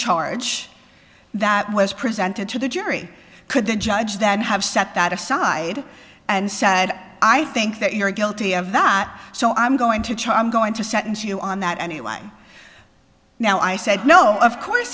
charge that was presented to the jury could the judge then have set that aside and said i think that you're guilty of not so i'm going to chime going to sentence you on that anyway now i said no of course